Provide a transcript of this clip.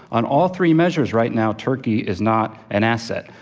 on all three measures right now turkey is not an asset.